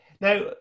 Now